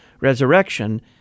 resurrection